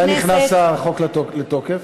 מתי נכנס החוק לתוקף?